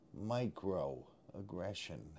microaggression